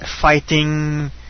Fighting